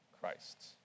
Christ